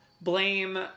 blame